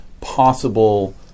possible